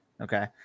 okay